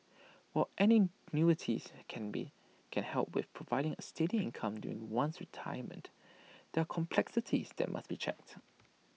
while annuities can be can help with providing A steady income during one's retirement there are complexities that must be checked